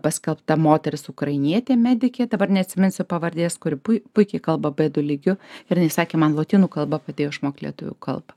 paskelbta moteris ukrainietė medikė dabar neatsiminsiu pavardės kuri pui puikiai kalba b du lygiu ir jinai sakė man lotynų kalba padėjo išmokt lietuvių kalbą